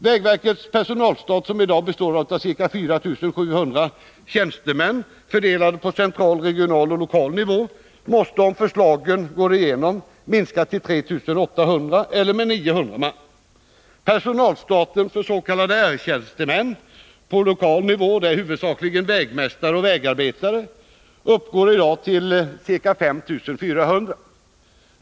Vägverkets personalstat, som i dag består av ca 4700 tjänstemän, fördelade på central, regional och lokal nivå, måste om förslagen går igenom 103 minska till ca 3 800 eller med 900 man. Personalstaten för s.k. R-tjänstemän på lokal nivå — det är huvudsakligen vägmästare och vägarbetare — uppgår i dag till ca 5 400.